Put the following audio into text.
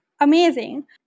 amazing